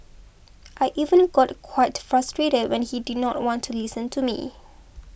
I even got quite frustrated when he did not want to listen to me